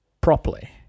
properly